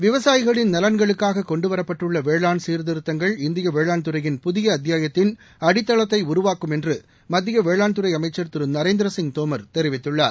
விவசாயிகளின் நலன்களுக்காக கொண்டுவரப்பட்டுள்ள வேளாண் சீாதிருத்தங்கள் இந்திய வேளாண் துறையில் புதிய அத்தியாயத்தின் அடித்தளத்தை உருவாக்கும் என்று மத்திய வேளாண்துறை அமைச்ச் திரு நரேந்திரசிங் தோமர் தெரிவித்துள்ளார்